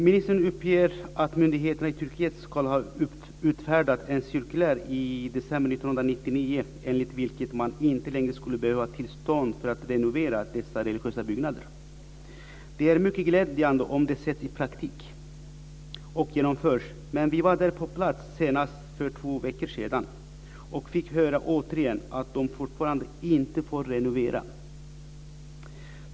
Ministern uppger att myndigheterna i Turkiet ska ha utfärdat ett cirkulär i december 1999 enligt vilket man inte längre skulle behöva tillstånd för att renovera dessa religiösa byggnader. Det är mycket glädjande om det blir så i praktiken och genomförs. När vi var där på plats senast för två veckor sedan fick vi återigen höra att de fortfarande inte får renovera.